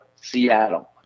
Seattle